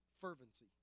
fervency